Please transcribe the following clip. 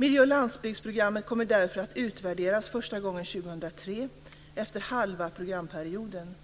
Miljöoch landsbygdsprogrammet kommer därför att utvärderas första gången år 2003 efter halva programperioden.